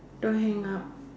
don't hang up